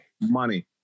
Money